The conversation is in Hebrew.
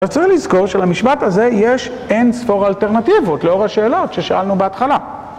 רצוי צריך לזכור שלמשפט הזה יש אין ספור אלטרנטיבות לאור השאלות ששאלנו בהתחלה